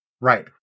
Right